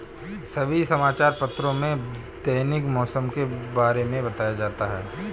सभी समाचार पत्रों में दैनिक मौसम के बारे में बताया जाता है